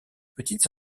petites